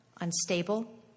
unstable